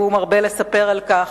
והוא מרבה לספר על כך.